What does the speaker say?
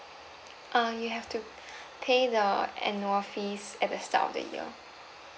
uh you have to pay the annual fees at the start of the year